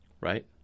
Right